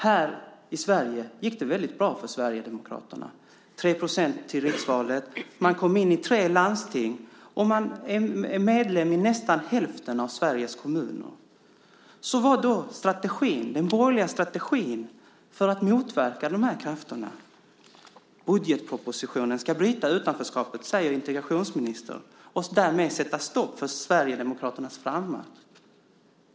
Här i Sverige gick det väldigt bra för Sverigedemokraterna med 3 % i riksvalet. Man kom in i tre landsting och man är medlem i nästan hälften av Sveriges kommuner. Vad är då den borgerliga strategin för att motverka de krafterna? Budgetpropositionen ska bryta utanförskapet, säger integrationsministern, och därmed sätta stopp för Sverigedemokraternas frammarsch.